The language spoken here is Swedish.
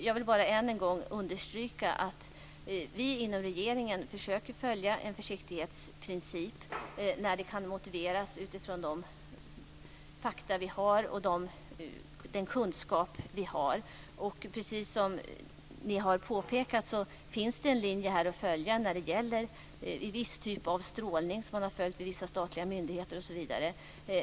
Jag vill än en gång understryka att vi inom regeringen försöker att följa en försiktighetsprincip när det kan motiveras utifrån de fakta och den kunskap vi har. Precis som ni har påpekat finns det en linje att följa för viss typ av strålning vid vissa statliga myndigheter osv.